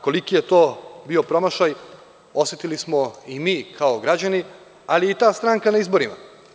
Koliki je to bio promašaj osetili smo i mi kao građani, ali i ta stranka na izborima.